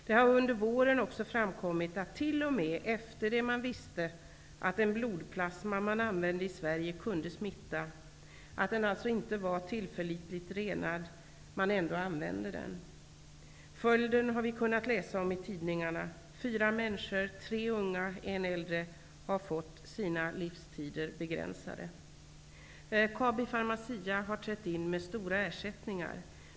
Det har under våren framkommit att man, t.o.m. efter det att man visste att den blodplasma som användes i Sverige kunde smitta, att den alltså inte var tillförlitligt renad, ändå använde den. Följden har vi kunnat läsa om i tidningarna. Fyra människor -- tre unga och en äldre -- har fått sina livstider begränsade. Kabi Pharmacia har trätt in med stora ersättningar.